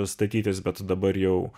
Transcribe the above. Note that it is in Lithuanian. statytis bet dabar jau